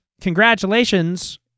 congratulations